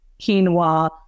quinoa